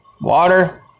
water